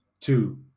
two